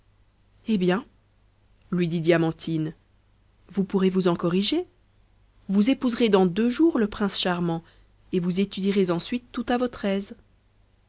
eh bien lui dit diamantine vous pourrez vous en corriger vous épouserez dans deux jours le prince charmant et vous étudierez ensuite tout à votre aise